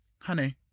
Honey